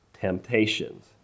temptations